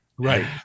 Right